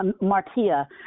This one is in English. Martia